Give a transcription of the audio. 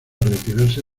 retirarse